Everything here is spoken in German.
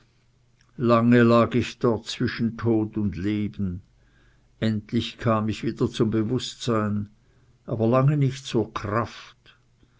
lange lag ich dort zwischen tod und leben endlich kam ich wieder zum bewußtsein aber lange nicht zur kraft